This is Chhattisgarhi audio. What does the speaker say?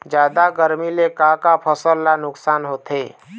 जादा गरमी ले का का फसल ला नुकसान होथे?